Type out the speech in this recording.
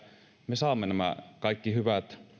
me saamme nämä kaikki hyvät